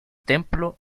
templo